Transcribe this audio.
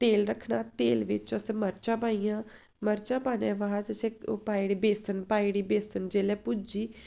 तेल रक्खना तेल बिच्च असें मर्चां पाइयां मर्चां पाने दे बाद असें ओह् पाई ओड़ी बेसन बेसन पाई ओड़ी बेसन जेल्लै भुज्जी